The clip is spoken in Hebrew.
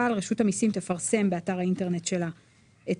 אבל רשות המסים תפרסם באתר האינטרנט שלה את